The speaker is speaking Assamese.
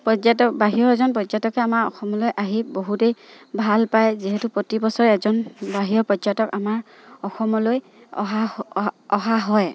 পৰ্যটক বাহিৰৰ এজন পৰ্যটকে আমাৰ অসমলৈ আহি বহুতেই ভালপায় যিহেতু প্ৰতি বছৰে এজন বাহিৰৰ পৰ্যটক আমাৰ অসমলৈ অহা অহা